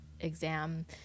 exam